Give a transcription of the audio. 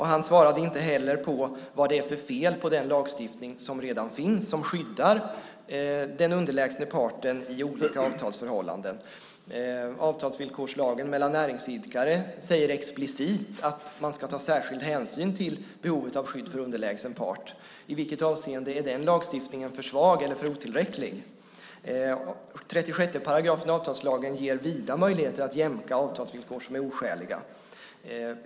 Han svarade inte heller på vad det är för fel på den lagstiftning som redan finns och som skyddar den underlägsna parten i olika avtalsförehållanden. Avtalsvillkorslagen mellan näringsidkare säger explicit att man ska ta särskild hänsyn till behovet av skydd för underlägsen part. I vilket avseende är den lagstiftningen för svag eller otillräcklig? 36 § i avtalslagen ger vida möjligheter att jämka avtalsvillkor som är oskäliga.